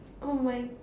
oh my